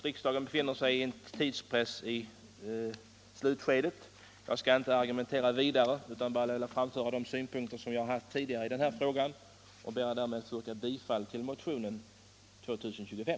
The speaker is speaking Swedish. Riksdagen befinner sig i tidspress i slutskedet. Jag skall 59 därför inte argumentera vidare utan har bara velat framiföra de synpunkter som jag har haft tidigare i denna fråga. Jag ber därmed att få yrka bifall till motionen 2025.